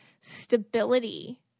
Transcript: stability